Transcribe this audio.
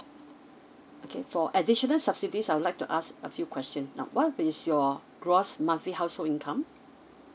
okay for additional subsidies I would like to ask a few questions now what is your gross monthly household income